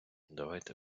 давайте